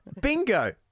bingo